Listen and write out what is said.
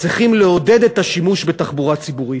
צריכים לעודד את השימוש בתחבורה ציבורית,